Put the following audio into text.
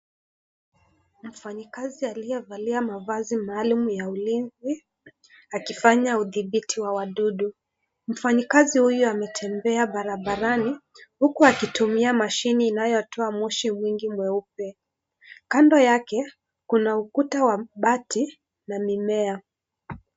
Mfanyikazi aliyevalia mavazi maalum ya ulinzi akifanya udhibiti wa wadudu. Mfanyikazi huyu ametembea barabarani huku akitumia mashini inayotoa moshi mwingi mweupe. Kando yake kuna ukuta wa bati na mimea.